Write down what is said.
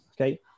Okay